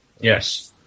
Yes